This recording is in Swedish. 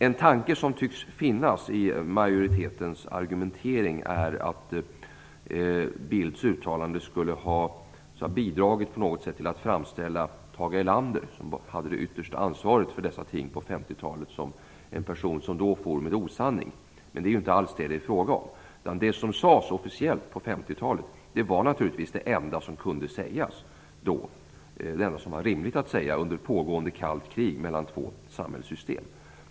En tanke som tycks finnas i majoritetens argumentering är att Carl Bildts uttalande skulle ha bidragit till att framställa Tage Erlander, som ju hade det yttersta ansvaret för dessa ting på 1950-talet, som en person som då for med osanning. Det är ju inte det det är fråga om. Det som sades officiellt på 1950-talet var naturligtvis det enda som kunde sägas då, det enda som var rimligt att säga under pågående kallt krig mellan två samhällssystem.